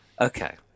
okay